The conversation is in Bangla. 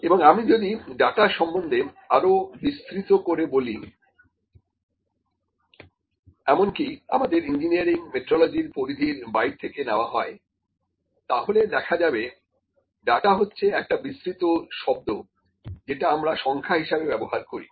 এবং আমি যদি ডাটা সম্বন্ধে আরো বিস্তৃত করে বলি এমনকি আমাদের ইঞ্জিনিয়ারিং মেট্রলজির পরিধির বাইরে থেকে নেওয়া হয় তাহলে দেখা যাবে ডাটা হচ্ছে একটা বিস্তৃত শব্দ যেটা আমরা সংখ্যা হিসেবে ব্যবহার করি